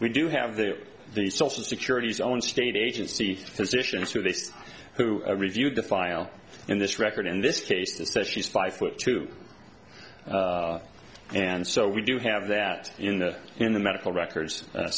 we do have the the social security's own state agency physicians who they say who reviewed the file in this record in this case that she's five foot two and so we do have that in the in the medical records